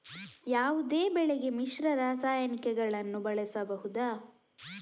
ಯಾವುದೇ ಬೆಳೆಗೆ ಮಿಶ್ರ ರಾಸಾಯನಿಕಗಳನ್ನು ಬಳಸಬಹುದಾ?